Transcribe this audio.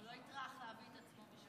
הוא לא יטרח להביא את עצמו.